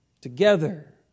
together